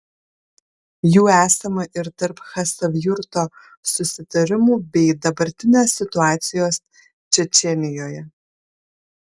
jų esama ir tarp chasavjurto susitarimų bei dabartinės situacijos čečėnijoje